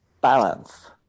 balance